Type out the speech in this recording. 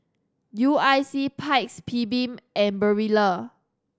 U I C Paik's and Barilla